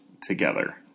together